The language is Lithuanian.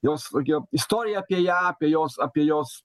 jos tokia istorija apie ją apie jos apie jos